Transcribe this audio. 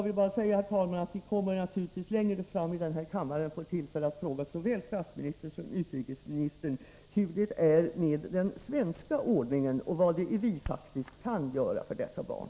Vi kommer, herr talman, längre fram att i denna kammare få tillfälle att fråga såväl statsministern som utrikesministern hur det är med den svenska ordningen och vad vi faktiskt kan göra för dessa barn.